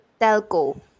telco